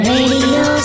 Radio